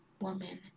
woman